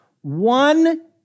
one